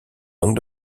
langue